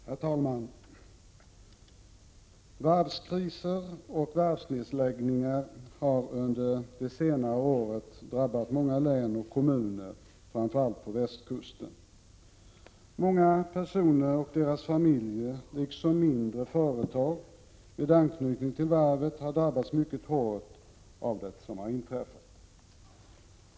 Herr talman! Varvskriser och varvsnedläggningar har under det senaste året drabbat många län och kommuner, framför allt på västkusten. Många personer och deras familjer, liksom mindre företag med varvsanknytning, har drabbats mycket hårt av det som har inträffat.